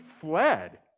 fled